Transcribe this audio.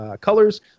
colors